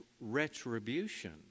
retribution